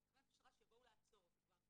הוא התקשר לתחנת משטרה שיבואו לעצור אותו כבר.